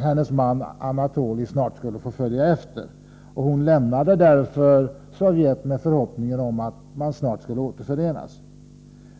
hennes man Anatolij snart skulle få följa efter. Hon lämnade därför Sovjet med förhoppningen att de snart skulle återförenas.